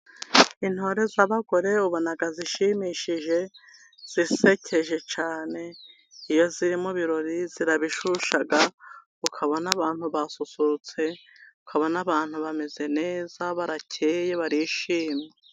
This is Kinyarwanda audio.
Intore z'abagore ubona zishimishije, zisekeje cyane. Iyo ziri mu ibirori zirabishusha, ukabon n'abantu basusurutse, ukabona abantu bameze neza barakeye barishimye.